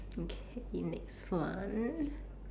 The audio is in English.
okay next one